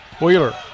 Wheeler